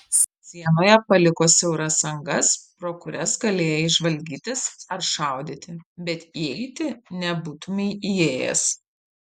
sienoje paliko siauras angas pro kurias galėjai žvalgytis ar šaudyti bet įeiti nebūtumei įėjęs